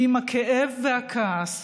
ועם הכאב והכעס